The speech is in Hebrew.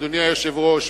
אדוני היושב-ראש,